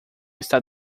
está